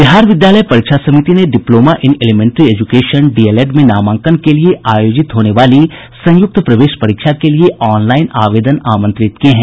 बिहार विद्यालय परीक्षा समिति ने diploma in elementary education DElEd में नामांकन के लिए आयोजित होने वाली संयुक्त प्रवेश परीक्षा के लिए ऑनलाईन आवेदन आमंत्रित किये हैं